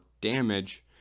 damage